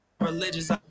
religious